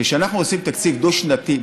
כי כשאנחנו עושים תקציב דו-שנתי,